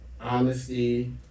honesty